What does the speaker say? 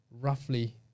roughly